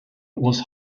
was